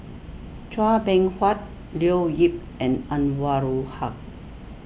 Chua Beng Huat Leo Yip and Anwarul Haque